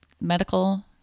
medical